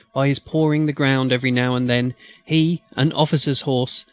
by his pawing the ground every now and then he, an officer's horse,